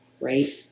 right